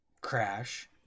crash